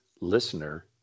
listener